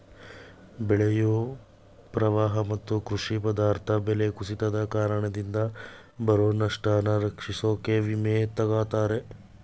ಬೆಳೆಯು ಪ್ರವಾಹ ಮತ್ತು ಕೃಷಿ ಪದಾರ್ಥ ಬೆಲೆ ಕುಸಿತದ್ ಕಾರಣದಿಂದ ಬರೊ ನಷ್ಟನ ರಕ್ಷಿಸೋಕೆ ವಿಮೆ ತಗತರೆ